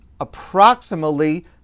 approximately